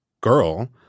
girl